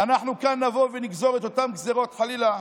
אנחנו כאן נבוא ונגזור את אותן גזרות, חלילה,